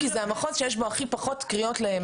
כי זה המחוז שיש בו הכי פחות קריאות למוקד